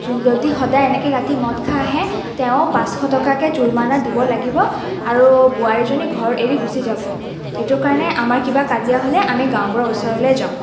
যদি সদায় এনেকে ৰাতি মদ খাই আহে তেওঁ পাঁচশ টকাকৈ জৰিমণা দিব লাগিব আৰু বোৱাৰীজনী ঘৰ এৰি গুচি যাব সেইটো কাৰণে আমাৰ কিবা কাজিয়া হ'লে আমি গাওঁবুঢ়াৰ ওচৰলৈ যাওঁ